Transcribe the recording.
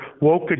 woke